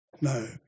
No